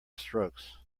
strokes